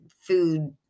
food